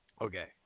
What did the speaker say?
Okay